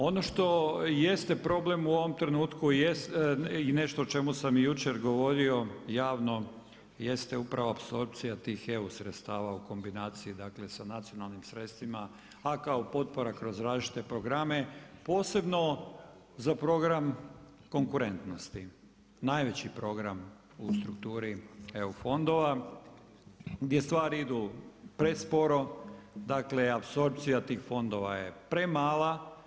Ono što jeste problem u ovom trenutku jest i nešto o čemu sam i jučer govorio javno, jest upravo apsorpcija tih EU sredstava u kombinaciji dakle, sa nacionalnim sredstvima, a kao potpora kroz različite programe, posebno za program konkurentnosti, najveći program u strukturi EU fondova, gdje stvari idu presporo, dakle, apsorpcija tih fondova je premala.